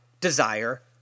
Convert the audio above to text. desire